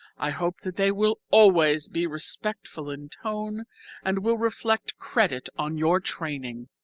i hope that they will always be respectful in tone and will reflect credit on your training.